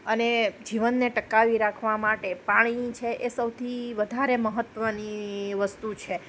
અને જીવનને ટકાવી રાખવા માટે પાણી છે એ સૌથી વધારે મહત્ત્વની વસ્તુ છે